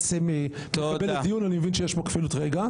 אם כך, נעבור להצבעה.